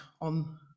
on